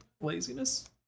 Laziness